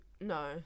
No